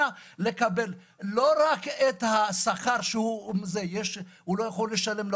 יקבל לא רק את השכר אלא גם את הדברים שהוא לא יכול לשלם.